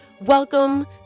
Welcome